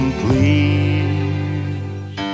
please